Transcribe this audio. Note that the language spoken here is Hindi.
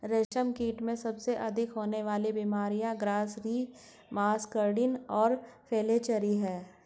रेशमकीट में सबसे अधिक होने वाली बीमारियां ग्रासरी, मस्कार्डिन और फ्लैचेरी हैं